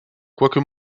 quoique